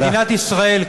מדינת ישראל,